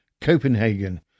Copenhagen